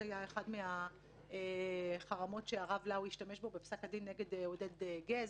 אחד מהחרמות שהרב לאו השתמש בהן בפסק הדין נגד עודד גז.